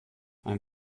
ein